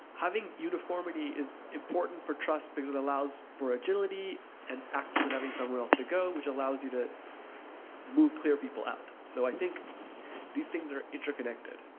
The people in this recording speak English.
having uniformity is important for trust because it allows for agility and actually having somewhere else to go, which allows you to clear people out. so i think these things are interconnected.